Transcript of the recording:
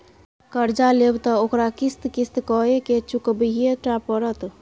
कर्जा लेब त ओकरा किस्त किस्त कए केँ चुकबहिये टा पड़त